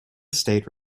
state